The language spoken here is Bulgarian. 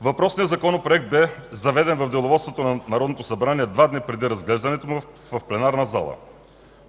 Въпросният Законопроект бе заведен в Деловодството на Народното събрание два дни преди разглеждането му в пленарната зала.